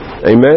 Amen